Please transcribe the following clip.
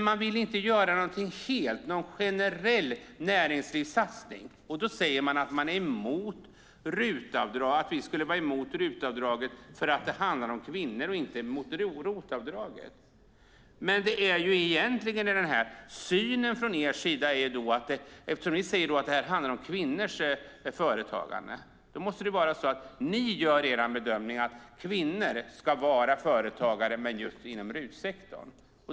Däremot vill man inte göra någonting helt, någon generell näringslivssatsning. Och så säger man att vi skulle vara emot RUT-avdraget för att det handlar om kvinnor, men inte mot ROT-avdraget. Eftersom ni säger att det handlar om kvinnors företagande måste det vara så att ni gör bedömningen att kvinnor ska vara företagare inom just RUT-sektorn.